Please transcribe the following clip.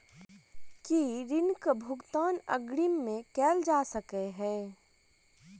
की ऋण कऽ भुगतान अग्रिम मे कैल जा सकै हय?